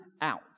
out